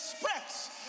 express